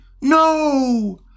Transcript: No